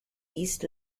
east